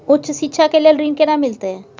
उच्च शिक्षा के लेल ऋण केना मिलते?